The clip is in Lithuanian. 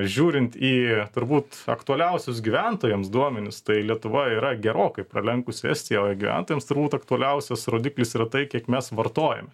žiūrint į turbūt aktualiausius gyventojams duomenis tai lietuva yra gerokai pralenkusi estijoje gyventojams turbūt aktualiausias rodiklis yra tai kiek mes vartojame